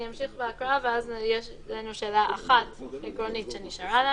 אני אמשיך בהקראה ואחר כך יש לנו שאלה עקרונית אחת שנשארה לנו.